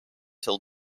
till